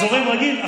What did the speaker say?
זורם רגיל.